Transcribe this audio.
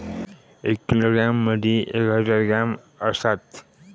एक किलोग्रॅम मदि एक हजार ग्रॅम असात